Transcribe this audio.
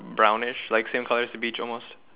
brownish like same colour as the beach almost